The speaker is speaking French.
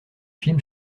film